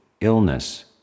illness